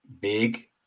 big